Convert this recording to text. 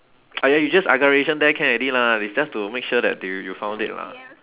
!aiya! you just agaration there can already lah it's just to make sure that you you found it lah